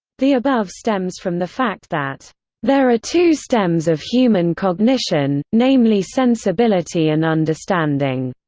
the above stems from the fact that there are two stems of human cognition. namely sensibility and understanding